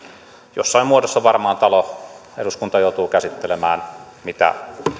jossain muodossa varmaan talo eduskunta joutuu käsittelemään mitä